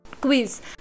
quiz